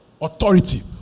Authority